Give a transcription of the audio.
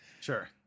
sure